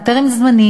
עוד טרם זמני,